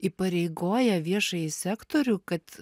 įpareigoja viešąjį sektorių kad